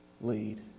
lead